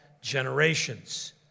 generations